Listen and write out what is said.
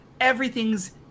Everything's